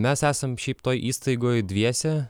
mes esam šiaip toj įstaigoj dviese